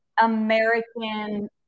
American